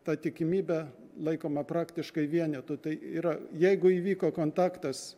tą tikimybę laikomą praktiškai vienetu tai yra jeigu įvyko kontaktas